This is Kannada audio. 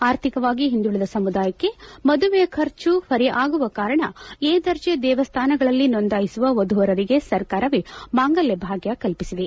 ಆರ್ಥಿಕವಾಗಿ ಹಿಂದುಳಿದ ಸಮುದಾಯಕ್ಕೆ ಮದುವೆ ಖರ್ಚು ಹೊರೆ ಆಗುವ ಕಾರಣ ಎ ದರ್ಜೆ ದೇವಸ್ಥಾನಗಳಲ್ಲಿ ನೋಂದಾಯಿಸುವ ವಧು ವರರಿಗೆ ಸರ್ಕಾರವೇ ಮಾಂಗಲ್ಯ ಭಾಗ್ಯ ಕಲ್ಪಿಸಲಿದೆ